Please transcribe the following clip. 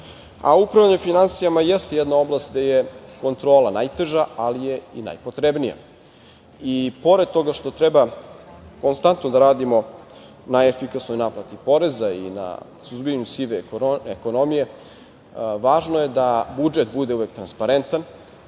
finansijama jeste jedna oblast gde je kontrola najteža, ali je i najpotrebnija. Pored toga što treba konstantno da radimo na efikasnoj naplati poreza i na suzbijanju sive ekonomije, važno je da budžet bude uvek transparentan,